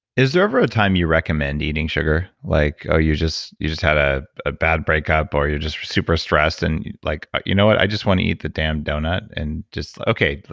is there ever a time you recommend eating sugar? like, ah you just you just had ah a bad breakup or you're just super stressed and you like, you know what, i just want to eat the damn doughnut. and okay,